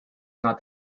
not